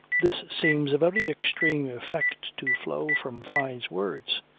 this seems a very extreme effect to flow from fyne's words.